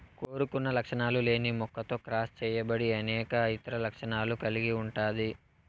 కోరుకున్న లక్షణాలు లేని మొక్కతో క్రాస్ చేయబడి అనేక ఇతర లక్షణాలను కలిగి ఉంటాది